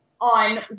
on